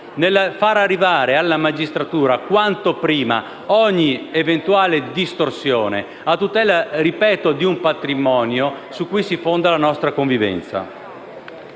per far arrivare alla magistratura quanto prima ogni eventuale distorsione, a tutela di un patrimonio su cui si fonda la nostra convivenza.